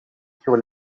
sur